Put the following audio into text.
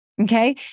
Okay